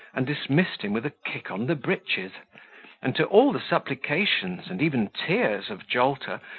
and dismissed him with a kick on the breeches and, to all the supplications, and even tears of jolter,